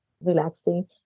relaxing